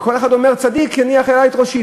כשכל אחד אומר: צדיק יניח עלי את ראשו.